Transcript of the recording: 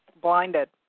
blinded